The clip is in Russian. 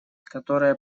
которое